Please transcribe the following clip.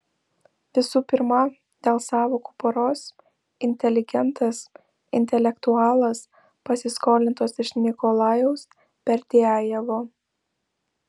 visų pirma dėl sąvokų poros inteligentas intelektualas pasiskolintos iš nikolajaus berdiajevo